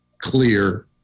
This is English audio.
clear